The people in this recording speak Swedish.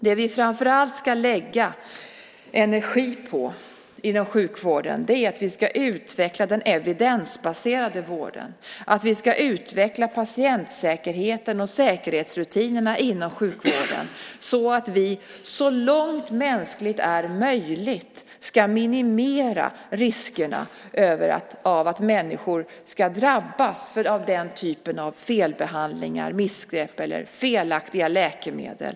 Det vi framför allt ska lägga energi på inom sjukvården är att vi ska utveckla den evidensbaserade vården, att vi ska utveckla patientsäkerheten och säkerhetsrutinerna inom sjukvården så att vi så långt mänskligt är möjligt ska minimera riskerna för att människor ska drabbas av den här typen av felbehandlingar, missgrepp eller felaktiga läkemedel.